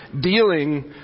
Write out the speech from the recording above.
dealing